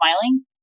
smiling